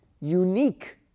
unique